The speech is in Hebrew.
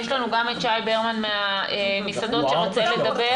יש לנו גם את שי ברמן מהמסעדות שרוצה לדבר,